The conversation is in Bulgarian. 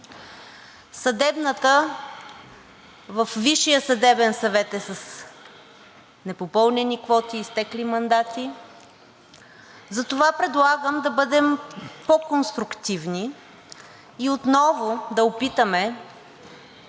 съдебната – Висшият съдебен съвет е с непопълнени квоти, изтекли мандати. Затова предлагам да бъдем по-конструктивни и отново да опитаме